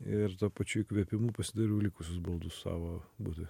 ir tuo pačiu įkvėpimu pasidariau likusius baldus savo butui